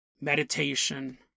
meditation